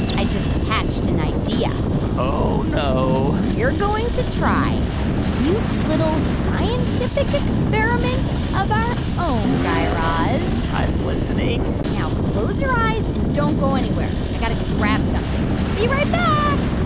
i just hatched an idea oh, no we're going to try a cute, little scientific experiment of our own, guy raz i'm listening now close your eyes and don't go anywhere. i've got to go grab something. be right back.